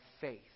faith